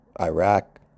Iraq